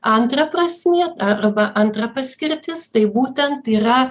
antra prasmė arba antra paskirtis tai būtent yra